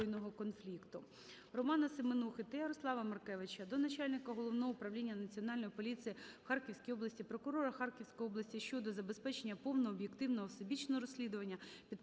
Романа Семенухи та Ярослава Маркевича до начальника Головного управління Національної поліції в Харківській області, прокурора Харківської області щодо забезпечення повного, об'єктивного, всебічного розслідування